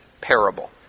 parable